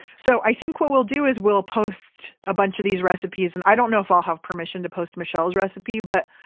so i think what we'll do is we'll post a bunch of these recipes and i don't know if i'll have permission to post michelle's recipe, but,